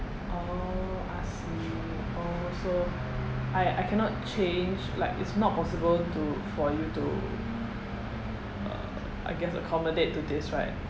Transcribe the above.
oh I see oh so I I cannot change like it's not possible to for you to uh I guess accommodate to this right